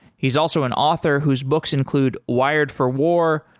he's also an author whose books include wired for war,